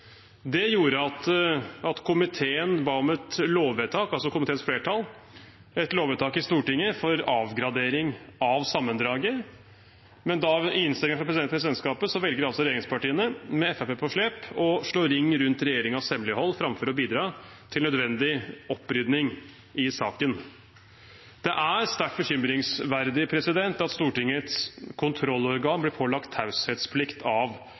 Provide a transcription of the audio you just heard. Det gjorde at komiteens flertall ba om et lovvedtak i Stortinget for avgradering av sammendraget. Men i innstillingen fra presidentskapet velger altså regjeringspartiene, med Fremskrittspartiet på slep, å slå ring rundt regjeringens hemmelighold framfor å bidra til nødvendig opprydning i saken. Det er sterkt bekymringsverdig at Stortingets kontrollorgan ble pålagt taushetsplikt av